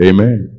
Amen